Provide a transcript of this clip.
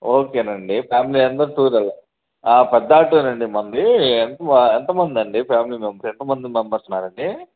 ఓకేనండి ఫ్యామిలీ అందరు టూర్ ఎళ్ళ పెద్ద ఆటో అండి మనది ఎంత ఎంతమందండి ఫ్యామిలీ మెంబ ఎంతమంది మెంబర్స్ ఉన్నారండి